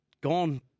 gone